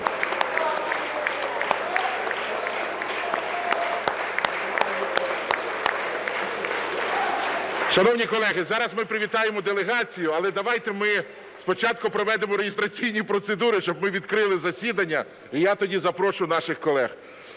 Шановні колеги, зараз ми привітаємо делегацію. Але давайте ми спочатку проведемо реєстраційні процедури, щоб ми відкрили засідання. І я тоді запрошу наших колег.